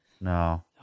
no